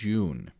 June